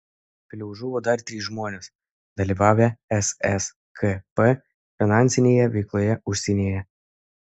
vėliau žuvo dar trys žmonės dalyvavę sskp finansinėje veikloje užsienyje